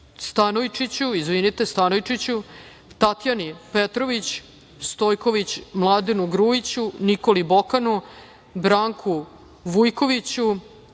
Jakšiću, Danu Stanojčiću, Tatjani Petrović Stojković, Mladenu Grujiću, Nikoli Bokanu, Branku Vujković,